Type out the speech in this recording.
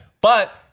But-